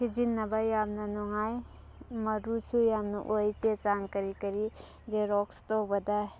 ꯁꯤꯖꯤꯟꯅꯕ ꯌꯥꯝꯅ ꯅꯨꯡꯉꯥꯏ ꯃꯔꯨꯁꯨ ꯌꯥꯝꯅ ꯑꯣꯏ ꯆꯦ ꯆꯥꯡ ꯀꯔꯤ ꯀꯔꯤ ꯖꯦꯔꯣꯛꯁ ꯇꯧꯕꯗ